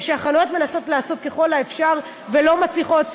ושהחנויות מנסות לעשות ככל האפשר ולא מצליחות,